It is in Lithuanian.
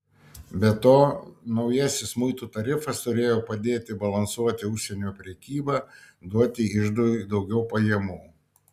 be to naujasis muitų tarifas turėjo padėti balansuoti užsienio prekybą duoti iždui daugiau pajamų